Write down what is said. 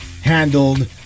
handled